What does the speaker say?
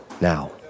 Now